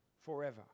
forever